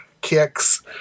kicks